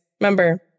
remember